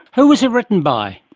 who was it written by?